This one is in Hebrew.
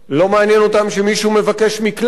לא מעניין אותם שמישהו מבקש מקלט.